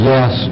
Yes